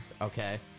okay